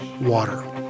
water